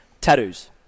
Tattoos